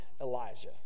Elijah